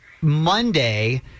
Monday –